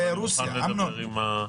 אתה אומר שצריך לפתור את הבעיה עם רוסיה.